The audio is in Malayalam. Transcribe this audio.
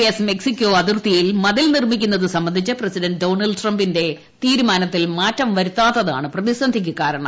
എസ് മെക്സിക്കോ അതിർത്തിയിൽ മതിൽ യു നിർമ്മിക്കുന്നത് സംബന്ധിച്ച് പ്രസിഡന്റ് ഡൊണാൾഡ് ട്രംപിന്റെ തീരുമാനത്തിൽ മാറ്റം വരാത്തതാണ് പ്രതിസന്ധിക്ക് കാരണം